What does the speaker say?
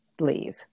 leave